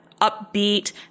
upbeat